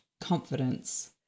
confidence